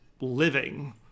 living